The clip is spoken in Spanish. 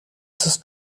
sus